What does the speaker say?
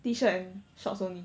T shirt and shorts only